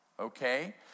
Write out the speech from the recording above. okay